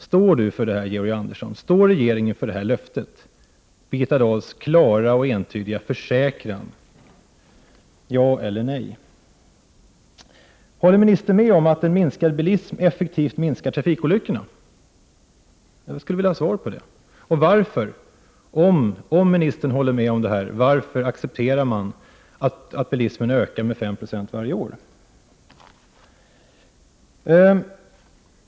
Står Georg Andersson och den övriga regeringen fast vid Birgitta Dahls klara och entydiga försäkran, ja eller nej? Håller ministern med om att en minskad bilism effektivt minskar trafikolyckorna? Jag skulle vilja ha svar på denna fråga. Om ministern håller med om detta, varför accepterar då regeringen att bilismen varje år ökar med 59?